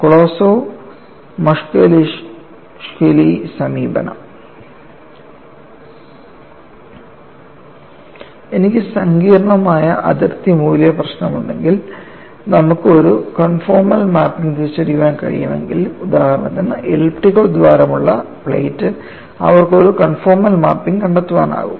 Kolosov Muskhelishvili സമീപനം എനിക്ക് സങ്കീർണ്ണമായ അതിർത്തി മൂല്യ പ്രശ്നമുണ്ടെങ്കിൽ നമുക്ക് ഒരു കോൺഫോർമൽ മാപ്പിംഗ് തിരിച്ചറിയാൻ കഴിയുമെങ്കിൽ ഉദാഹരണത്തിന് എലിപ്റ്റിക്കൽ ദ്വാരമുള്ള പ്ലേറ്റ് അവർക്ക് ഒരു കോൺഫോർമൽ മാപ്പിംഗ് കണ്ടെത്താനാകും